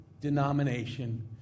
denomination